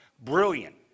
Brilliant